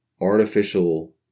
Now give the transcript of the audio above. artificial